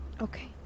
Okay